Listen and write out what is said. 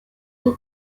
you